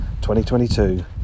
2022